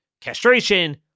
castration